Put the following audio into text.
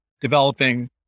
developing